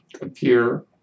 appear